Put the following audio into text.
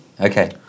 Okay